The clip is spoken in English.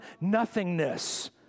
nothingness